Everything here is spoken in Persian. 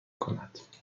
کند